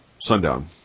Sundown